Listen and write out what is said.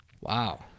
Wow